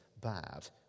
bad